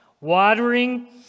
Watering